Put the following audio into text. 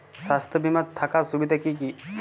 স্বাস্থ্য বিমা থাকার সুবিধা কী কী?